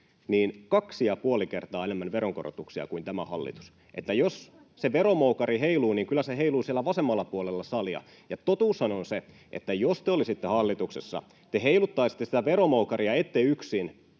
niin kaksi ja puoli kertaa enemmän veronkorotuksia kuin tällä hallituksella. Jos se veromoukari heiluu, niin kyllä se heiluu siellä vasemmalla puolella salia. Totuushan on se, että jos te olisitte hallituksessa, te heiluttaisitte sitä veromoukaria, ette yksin,